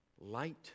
light